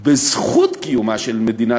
בזכות קיומה של מדינת